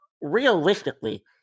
realistically